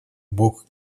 бог